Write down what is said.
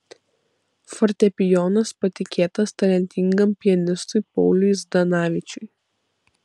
fortepijonas patikėtas talentingam pianistui pauliui zdanavičiui